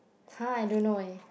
!huh! I don't know eh